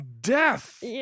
death